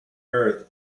earth